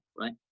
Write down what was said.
right